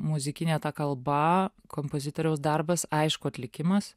muzikinė kalba kompozitoriaus darbas aišku atlikimas